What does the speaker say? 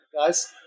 guys